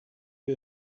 you